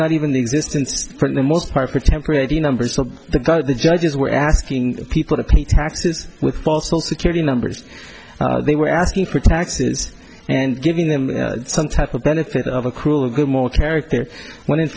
not even the existence of the most part for temporary numbers of the cult the judges were asking people to pay taxes with also security numbers they were asking for taxes and giving them some type of benefit of a cruel good more character when in